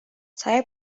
saya